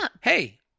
Hey